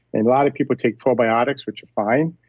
and lot of people take probiotics which are fine,